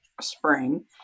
spring